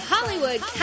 Hollywood